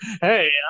hey